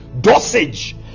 dosage